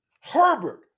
herbert